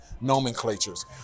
nomenclatures